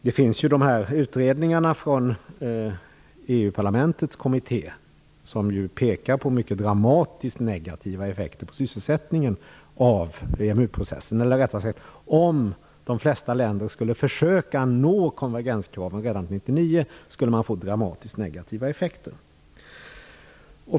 Det finns utredningar från EU-parlamentets kommitté som pekar på mycket negativa effekter på sysselsättningen av EMU processen, eller rättare sagt, om de flesta länderna skulle försöka nå konvergenskraven redan 1999 skulle man få dramatiskt negativa effekter.